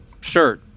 Sure